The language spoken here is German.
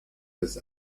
des